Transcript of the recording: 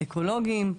אקולוגיים,